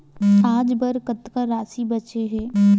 आज बर कतका राशि बचे हे?